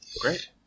Great